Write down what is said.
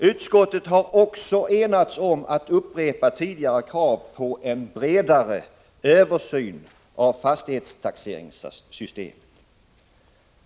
Utskottet har också enats om att upprepa tidigare krav på en bredare översyn av fastighetstaxeringssystemet.